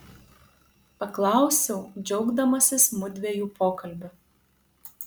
paklausiau džiaugdamasis mudviejų pokalbiu